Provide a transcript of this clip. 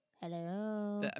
Hello